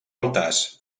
altars